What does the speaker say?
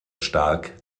stark